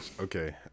Okay